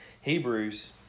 Hebrews